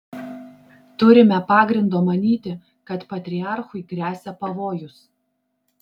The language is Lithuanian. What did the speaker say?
turime pagrindo manyti kad patriarchui gresia pavojus